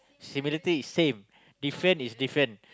similarity is same different is different